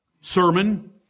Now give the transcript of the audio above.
sermon